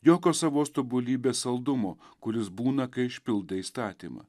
jokio savos tobulybės saldumo kuris būna kai išpildai įstatymą